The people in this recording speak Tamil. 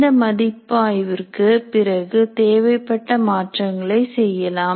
இந்த மதிப்பு ஆய்விற்கு பிறகு தேவைப்பட்ட மாற்றங்களை செய்யலாம்